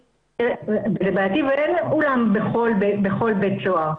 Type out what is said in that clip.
ולדעתי אין אולם בכל בית סוהר,